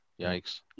Yikes